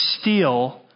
steal